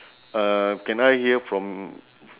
uh can I hear from